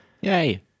Yay